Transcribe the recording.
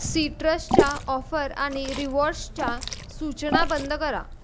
सिट्रसच्या offer आणि रिवॉर्ड्सच्या सूचना बंद करा